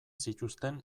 zituzten